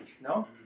no